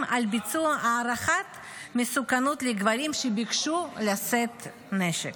לביצוע הערכת מסוכנות לגברים שביקשו לשאת נשק.